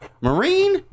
Marine